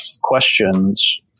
questions